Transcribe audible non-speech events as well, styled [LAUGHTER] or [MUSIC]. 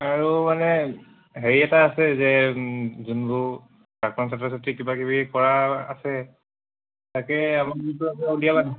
আৰু মানে হেৰি এটা আছে যে যোনবোৰ প্ৰাক্তন ছাত্ৰ ছাত্ৰী কিবা কিবি কৰা আছে তাকে [UNINTELLIGIBLE]